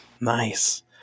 Nice